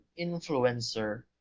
influencer